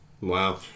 Wow